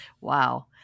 Wow